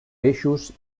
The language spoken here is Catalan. peixos